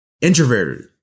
introverted